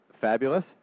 Fabulous